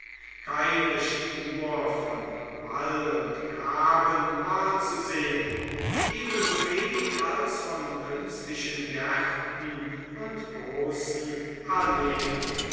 keine spur von wall und graben war zu sehen ebensowenig als von künstlichen gärten und großen alleen